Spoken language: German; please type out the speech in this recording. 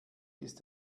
ist